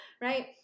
right